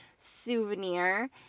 souvenir